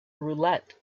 roulette